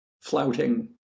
flouting